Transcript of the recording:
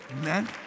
Amen